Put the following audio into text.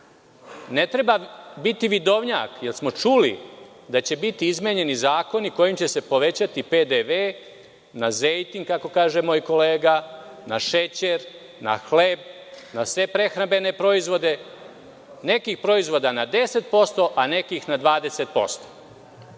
treba biti vidovnjak jel smo čuli da će biti izmenjeni zakoni kojim će se povećati PDV na zejtin, kako kaže moj kolega, na šećer, na hleb, na sve prehrambene proizvode, nekih proizvoda na 10%, a nekih na 20%.